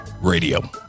radio